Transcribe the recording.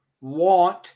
want